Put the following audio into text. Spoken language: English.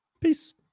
Peace